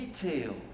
detail